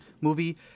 movie